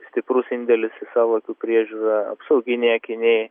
stiprus indėlis į savo akių priežiūrą apsauginiai akiniai